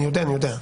אני יודע.